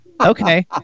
Okay